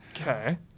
Okay